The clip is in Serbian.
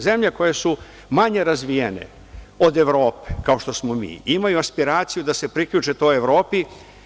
Zemlje koje su manje razvijene od Evrope, kao što smo mi, imaju aspiraciju da se priključe toj Evropi.